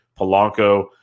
Polanco